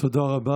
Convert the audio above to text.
תודה רבה.